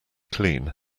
clean